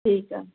ठीकु आहे